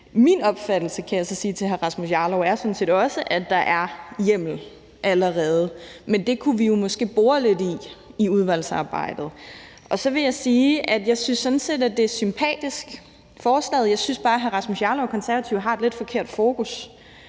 Min opfattelse, kan jeg så sige til hr. Rasmus Jarlov, er sådan set også, at der er hjemmel allerede, men det kunne vi jo måske bore lidt i i udvalgsarbejdet. Så vil jeg sige, at jeg sådan set synes, at forslaget er sympatisk. Jeg synes bare, at hr. Rasmus Jarlov og Konservative har et lidt forkert fokus.